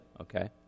okay